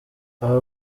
aba